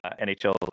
NHL